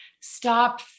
stop